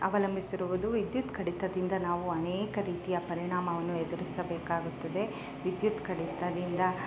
ಅವಲಂಬಿಸಿರುವುದು ವಿದ್ಯುತ್ ಕಡಿತದಿಂದ ನಾವು ಅನೇಕ ರೀತಿಯ ಪರಿಣಾಮವನ್ನು ಎದುರಿಸಬೇಕಾಗುತ್ತದೆ ವಿದ್ಯುತ್ ಕಡಿತದಿಂದ